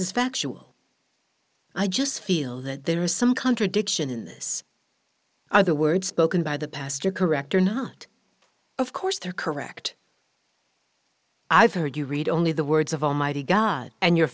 is factual i just feel that there is some contradiction in this are the words spoken by the pastor correct or not of course they are correct i've heard you read only the words of almighty god and your